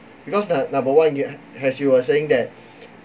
because that number one you have as you were saying that